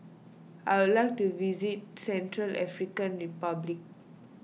I will like to visit Central African Republic